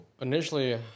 initially